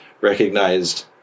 recognized